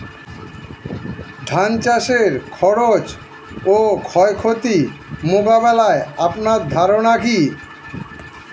ধান চাষের খরচ ও ক্ষয়ক্ষতি মোকাবিলায় আপনার ধারণা কী?